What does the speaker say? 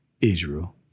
Israel